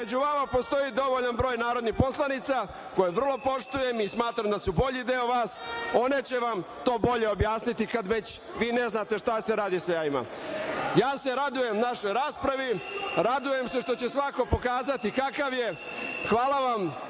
među vama postoji dovoljan broj narodnih poslanica, koje vrlo poštujem i smatram da su bolji deo vas, one će vam to bolje objasniti kada već vi ne znate šta se radi sa jajima. Ja se radujem našoj raspravi, radujem što će svakako pokazati kakav je, hvala vam,